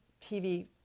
TV